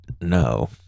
No